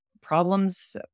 problems